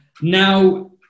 Now